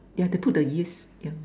yeah they put the yeast yeah